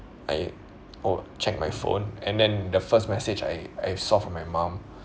I oh check my phone and then the first message I I saw from my mum